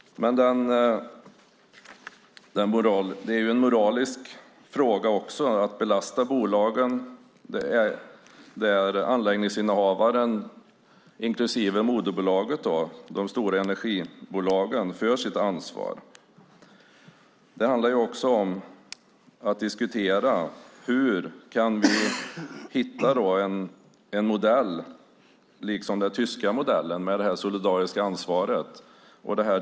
Men det är också en moralisk fråga. Det handlar om att belasta bolagen, anläggningshavaren inklusive moderbolaget, de stora energibolagen, med ansvaret. Det handlar också om att diskutera hur vi kan hitta en modell som den tyska modellen med det solidariska ansvaret.